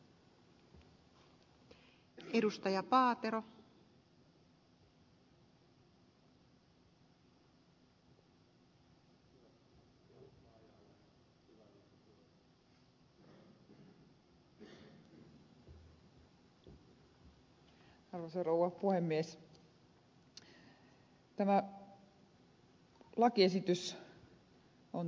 arvoisa rouva puhemies